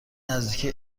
نزدیکی